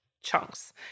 chunks